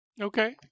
Okay